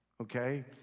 okay